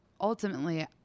ultimately